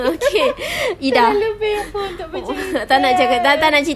terlalu painful tak percaya ya